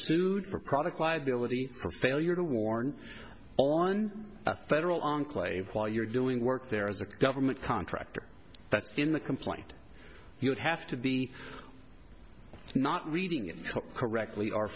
sued for product liability for failure to warn on a federal enclave while you're doing work there as a government contractor that's been the complaint you would have to be not reading it correctly